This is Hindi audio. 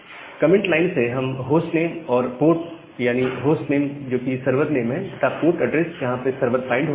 कमेंट लाइन से हम होस्ट नेम और पोर्ट यानी होस्ट नेम जोकि सर्वर नेम है तथा पोर्ट ऐड्रेस जहां पर सर्वर बाइंड हो रहा है